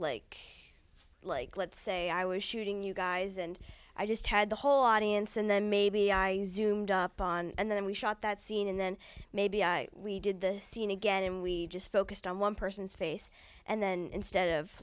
like like let's say i was shooting you guys and i just had the whole audience and then maybe our using and then we shot that scene and then maybe we did the scene again and we just focused on one person's face and then instead of